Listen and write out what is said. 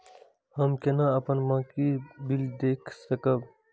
हम केना अपन बाकी बिल के देख सकब?